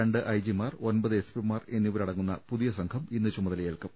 രണ്ട് ഐ ജിമാർ ഒമ്പത് എസ് പി മാർ എന്നിവര ടങ്ങുന്ന പുതിയ സംഘം ഇന്നു ചുമതലയേൽക്കും